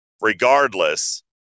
Regardless